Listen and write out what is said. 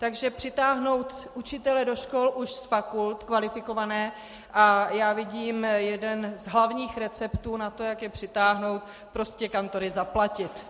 Takže přitáhnou učitele do škol už z fakult, kvalifikované, a já vidím jeden z hlavních receptů na to, jak je přitáhnout, prostě kantory zaplatit.